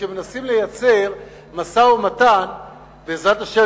כשמנסים לייצר משא-ומתן בעזרת השם,